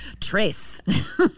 Trace